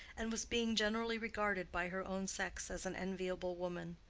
and was being generally regarded by her own sex as an enviable woman.